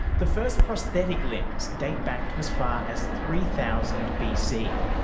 the first prosthetic limbs date back to as far as three thousand bc.